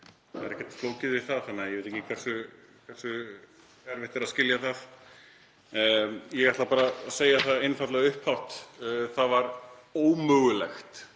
Það er ekkert flókið við það þannig að ég veit ekki hversu erfitt er að skilja það. Ég ætla að segja það bara upphátt: Það var ómögulegt,